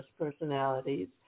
personalities